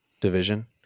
division